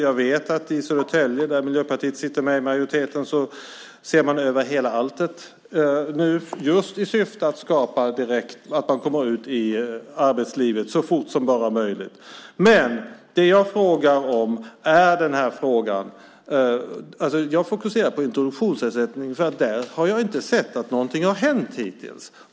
Jag vet att man i Södertälje, där Miljöpartiet är med i majoriteten, nu ser över allting just i syfte att se till att människor kommer ut i arbetslivet så fort som bara är möjligt. Jag fokuserar på introduktionsersättningen i min fråga. Där har jag inte sett att någonting har hänt hittills.